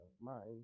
mind